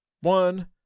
one